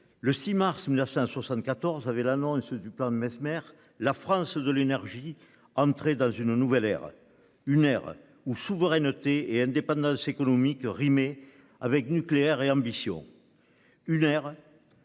le 6 mars 1974, avait l'annonce du plan Messmer la France de l'énergie entré dans une nouvelle ère. Une ère ou souveraineté et indépendance économique rimer avec nucléaire et ambition. Une aire.